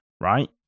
right